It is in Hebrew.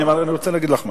אני רוצה להגיד לך משהו,